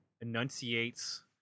enunciates